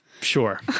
sure